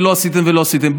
לא עשיתם ולא עשיתם.